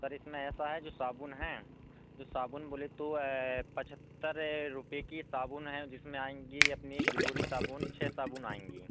sir इसमें ऐसा है जो साबुन है जो साबुन बोले तो पचहत्तर रुपये की साबुन है जिसमें आएँगी अपनी ग्लोरी साबुन छह साबुन आएँगी